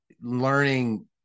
learning